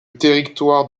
territoire